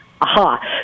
aha